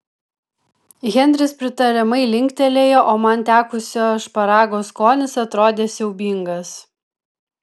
henris pritariamai linktelėjo o man tekusio šparago skonis atrodė siaubingas